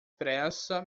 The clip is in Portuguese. pressa